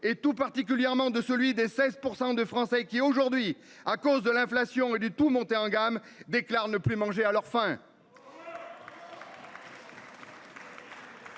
et tout particulièrement de celui des 16% de Français qui aujourd'hui à cause de l'inflation et du tout monter en gamme déclare ne plus manger à leur faim.